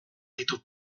ditu